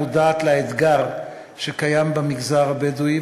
מודעת לאתגר שקיים במגזר הבדואי,